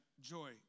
Joy